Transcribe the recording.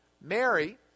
Mary